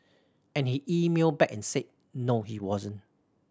and he emailed back and said no he wasn't